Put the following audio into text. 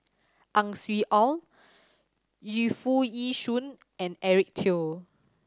Ang Swee Aun Yu Foo Yee Shoon and Eric Teo